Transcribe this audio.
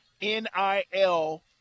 NIL